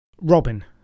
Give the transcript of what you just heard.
Robin